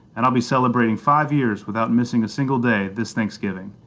and i'll be celebrating five years without missing a single day this thanksgiving.